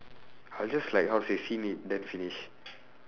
I will just like how to say it then finish